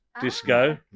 Disco